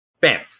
Bam